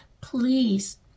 please